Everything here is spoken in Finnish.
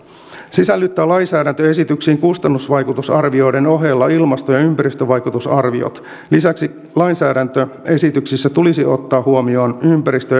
sisällyttää lainsäädäntöesityksiin kustannusvaikutusarvioiden ohella ilmasto ja ympäristövaikutusarviot lisäksi lainsäädäntöesityksissä tulisi ottaa huomioon ympäristö